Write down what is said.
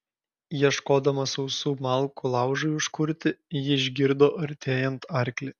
ieškodama sausų malkų laužui užkurti ji išgirdo artėjant arklį